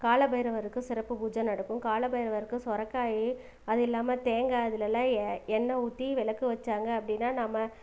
காலபைரவருக்கு சிறப்பு பூஜை நடக்கும் காலபைரவருக்கு சுரக்காயி அது இல்லாமல் தேங்காய் இதுலெல்லாம் எ எண்ணெய் ஊற்றி விளக்கு வைச்சாங்க அப்படின்னா நம்ம